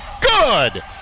Good